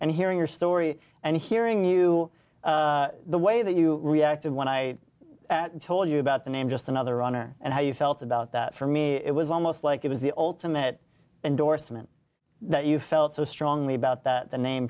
and hearing your story and hearing you the way that you reacted when i told you about the name just another honor and how you felt about that for me it was almost like it was the ultimate endorsement that you felt so strongly about that the name